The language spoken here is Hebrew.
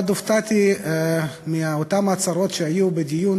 מאוד הופתעתי מהצהרות של השרה